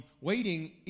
waiting